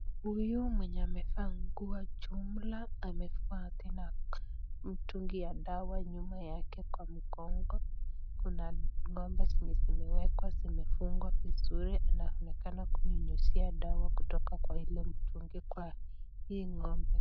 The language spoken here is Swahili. Huyu mwenye amevaa nguo jumla amevaa tena mtungi ya dawa nyuma yake kwa mgongo. Kuna ng'ombe zenye zimewekwa zimefungwa vizuri anaonekana kunyunyuzia dawa kutoka kwa ile mtungi kwa hii ng'ombe.